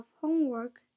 homework